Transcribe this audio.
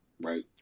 right